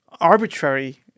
arbitrary